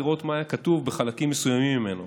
לראות מה היה כתוב בחלקים מסוימים ממנו.